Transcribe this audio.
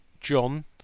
John